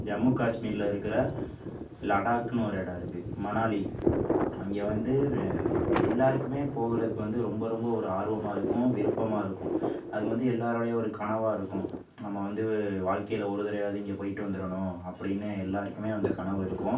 ஜம்மு காஷ்மீரில் இருக்கிற லடாக்குனு ஒரு இடம் இருக்குது மணாலி அங்கே வந்து எல்லாேருக்குமே போகிறதுக்கு வந்து ரொம்ப ரொம்ப ஒரு ஆர்வமாக இருக்கும் விருப்பமாக இருக்கும் அது வந்து எல்லாேருடயும் ஒரு கனவாக இருக்கும் நம்ம வந்து வாழ்க்கையில் ஒரு தடவையாவது இங்கே போய்ட்டு வந்துடனும் அப்படின்னு எல்லாேருக்குமே அந்த கனவு இருக்கும்